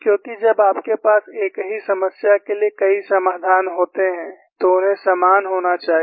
क्योंकि जब आपके पास एक ही समस्या के लिए कई समाधान होते हैं तो उन्हें समान होना चाहिए